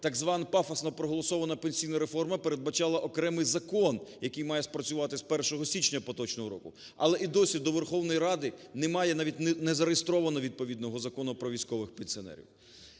так звана пафосна проголосована пенсійна реформа передбачала окремий закон, який має спрацювати з 1 січня поточного року. Але і досі до Верховної Ради немає, навіть і не зареєстровано, відповідного Закону про військових пенсіонерів.